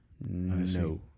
no